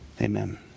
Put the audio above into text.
Amen